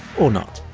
or not.